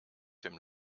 dem